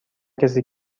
کسی